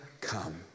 come